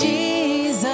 Jesus